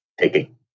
taking